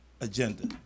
agenda